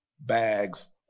bags